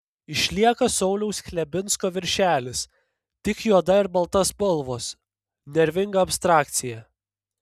išlieka sauliaus chlebinsko viršelis tik juoda ir balta spalvos nervinga abstrakcija